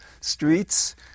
streets